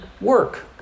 work